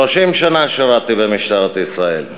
30 שנה שירתי במשטרת ישראל,